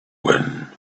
when